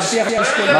מבטיח לשקול את הצעתך.